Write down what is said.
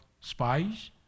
spies